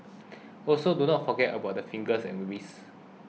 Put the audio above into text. also do not forget about the fingers and wrists